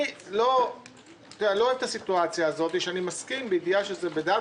אני לא אוהב את הסיטואציה הזאת שאני מסכים בידיעה שזה בדעת,